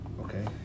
okay